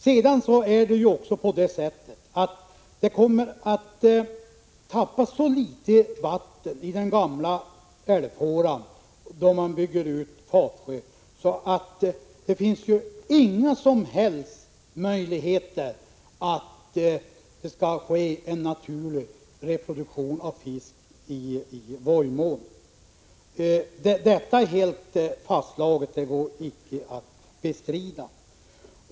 Det kommer också att tappas så litet vatten i den gamla älvfåran när man bygger ut Fatsjö att det inte finns några som helst möjligheter till naturlig reproduktion av fisk i Vojmån. Detta är fastslaget och går icke att bestrida.